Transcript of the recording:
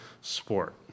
sport